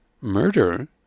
Murder